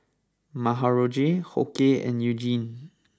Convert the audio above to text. Marjorie Hoke and Eugene